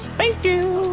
thank you!